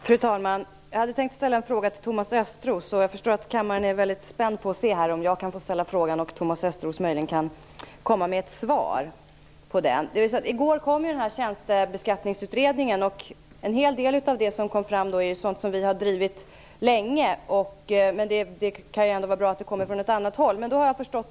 Fru talman! Jag tänker ställa en fråga till Thomas Östros. Jag förstår att kammaren är väldigt spänd på om jag kan få ställa en fråga, och Thomas Östros möjligen kan komma med ett svar på den. I går blev Tjänstebeskattningsutredningen klar. En hel del av det som den kom fram med är sådant som vi i Folkpartiet har drivit länge, men det kan ju ändå vara bra att det nu kommer från ett annat håll.